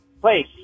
Place